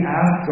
ask